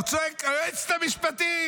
הוא צועק: היועצת המשפטית,